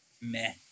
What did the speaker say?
Meh